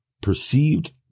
perceived